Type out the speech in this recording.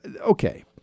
okay